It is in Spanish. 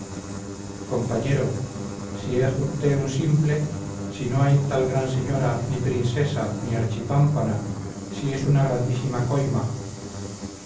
compañero si ej usté un simple si no hay tal gran señora ni prinsesa ni archipámpana si es una grandísima coima